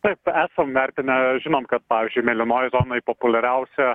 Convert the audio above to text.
taip esam vertinę žinom kad pavyzdžiui mėlynoj zonoj populiariausia